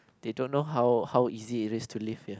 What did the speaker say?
they don't know how how easy it is to live here